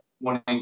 morning